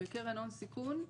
בקרן הון סיכון,